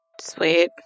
Sweet